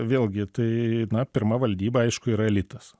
vėlgi tai na pirma valdyba aišku yra elitas